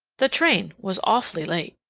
the train was awfully late.